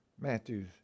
Matthews